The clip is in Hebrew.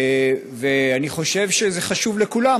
ואני חושב שזה חשוב לכולם,